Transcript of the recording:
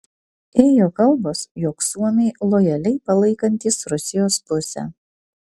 ėjo kalbos jog suomiai lojaliai palaikantys rusijos pusę